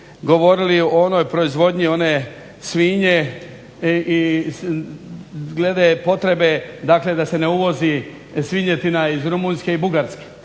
govorili o onoj proizvodnji one svinje i glede potrebe da se ne uvozi svinjetina iz Rumunjske i Bugarske.